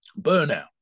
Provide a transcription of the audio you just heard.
burnout